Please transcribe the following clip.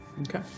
Okay